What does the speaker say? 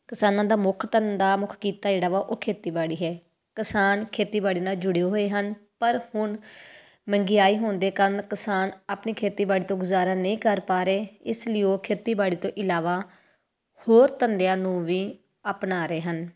ਕਿਸਾਨਾਂ ਦਾ ਮੁੱਖ ਧੰਦਾ ਮੁੱਖ ਕਿੱਤਾ ਜਿਹੜਾ ਵਾ ਉਹ ਖੇਤੀਬਾੜੀ ਹੈ ਕਿਸਾਨ ਖੇਤੀਬਾੜੀ ਨਾਲ ਜੁੜੇ ਹੋਏ ਹਨ ਪਰ ਹੁਣ ਮਹਿੰਗਾਈ ਹੋਣ ਦੇ ਕਾਰਨ ਕਿਸਾਨ ਆਪਣੀ ਖੇਤੀਬਾੜੀ ਤੋਂ ਗੁਜ਼ਾਰਾ ਨਹੀਂ ਕਰ ਪਾ ਰਹੇ ਇਸ ਲਈ ਉਹ ਖੇਤੀਬਾੜੀ ਤੋਂ ਇਲਾਵਾ ਹੋਰ ਧੰਦਿਆਂ ਨੂੰ ਵੀ ਆਪਣਾ ਰਹੇ ਹਨ